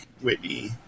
Whitney